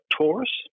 Taurus